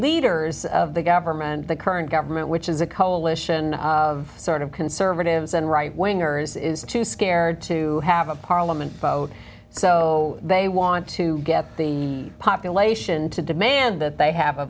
leaders of the government and the current government which is a coalition of sort of conservatives and right wingers is too scared to have a parliament vote so they want to get the population to demand that they have a